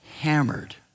hammered